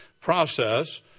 process